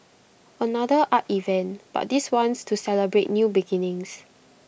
another art event but this one's to celebrate new beginnings